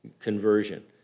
conversion